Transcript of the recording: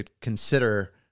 consider